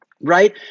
right